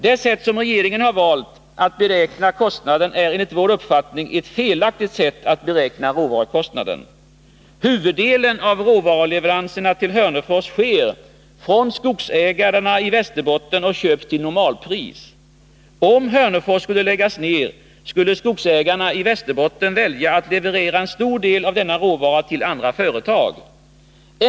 Det sätt som regeringen valt att beräkna kostnaden på är enligt vår uppfattning ett felaktigt sätt att beräkna råvarukostnaden. Huvuddelen av råvaruleveranserna till Hörnefors sker skulle läggas ned skulle skogsägarna i Västerbotten välja att leverera en stor del av denna råvara till andra företag.